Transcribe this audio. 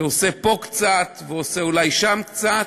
שעושה פה קצת ועושה אולי שם קצת,